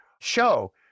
show